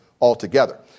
altogether